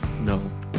No